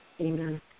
Amen